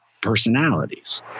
personalities